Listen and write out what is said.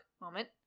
moment